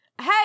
hey